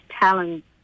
talent